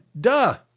duh